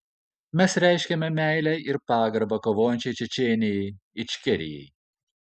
mes reiškiame meilę ir pagarbą kovojančiai čečėnijai ičkerijai